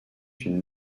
une